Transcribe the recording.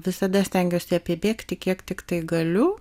visada stengiuosi apibėgti kiek tiktai galiu